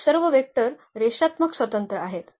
तर हे सर्व वेक्टर रेषात्मक स्वतंत्र आहेत